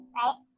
right